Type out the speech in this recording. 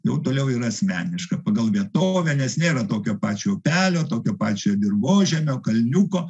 nu toliau yra asmeniška pagal vietovę nes nėra tokio pačio upelio tokio pačio dirvožemio kalniuko